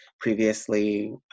previously